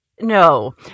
No